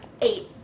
Eight